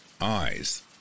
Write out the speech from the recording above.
Eyes